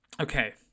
Okay